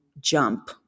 jump